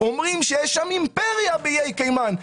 אומרים שיש שם אימפריה באיי קיימן,